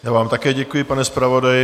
Já vám také děkuji, pane zpravodaji.